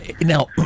now